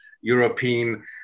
european